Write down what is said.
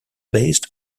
based